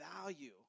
value